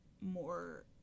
more